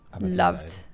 Loved